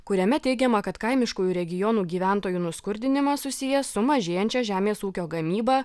kuriame teigiama kad kaimiškųjų regionų gyventojų nuskurdinimas susijęs su mažėjančia žemės ūkio gamyba